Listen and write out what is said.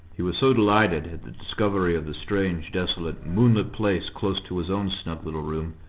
he was so delighted at the discovery of the strange, desolate, moonlit place close to his own snug little room,